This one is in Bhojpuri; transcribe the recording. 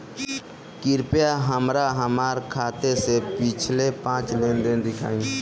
कृपया हमरा हमार खाते से पिछले पांच लेन देन दिखाइ